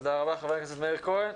תודה רבה, חבר הכנסת מאיר כהן.